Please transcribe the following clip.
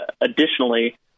additionally